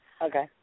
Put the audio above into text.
Okay